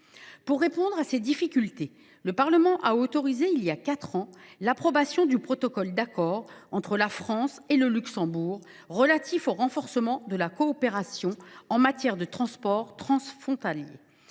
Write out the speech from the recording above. Pour répondre à ces difficultés, le Parlement a autorisé, voilà quatre ans, l’approbation du protocole d’accord entre la France et le Luxembourg relatif au renforcement de la coopération en matière de transports transfrontaliers.